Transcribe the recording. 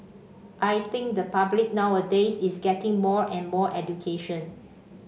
I think the public nowadays is getting more and more education